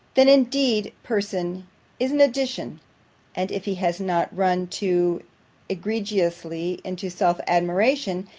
then indeed person is an addition and if he has not run too egregiously into self-admiration,